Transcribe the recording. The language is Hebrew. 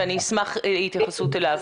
ואני אשמח להתייחסות אליו.